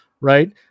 right